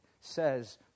says